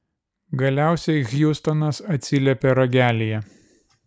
galiausiai hjustonas atsiliepė ragelyje